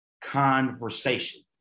conversation